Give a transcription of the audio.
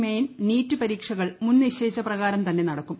main NEET പരീക്ഷകൾ മുൻനിശ്ചയിച്ച പ്രകാരം തന്നെ നടക്കും